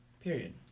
Period